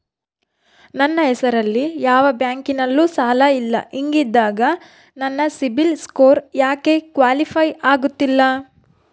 ನನ್ನ ಹೆಸರಲ್ಲಿ ಯಾವ ಬ್ಯಾಂಕಿನಲ್ಲೂ ಸಾಲ ಇಲ್ಲ ಹಿಂಗಿದ್ದಾಗ ನನ್ನ ಸಿಬಿಲ್ ಸ್ಕೋರ್ ಯಾಕೆ ಕ್ವಾಲಿಫೈ ಆಗುತ್ತಿಲ್ಲ?